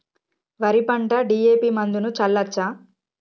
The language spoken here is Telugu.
వరి పంట డి.ఎ.పి మందును చల్లచ్చా?